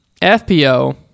fpo